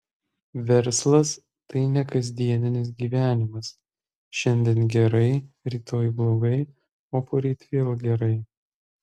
verslas tai ne kasdieninis gyvenimas šiandien gerai rytoj blogai o poryt vėl gerai